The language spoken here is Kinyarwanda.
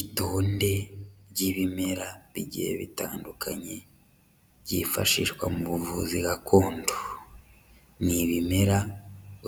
Itonde ry'ibimera bigiye bitandukanye byifashishwa mu buvuzi gakondo, ni ibimera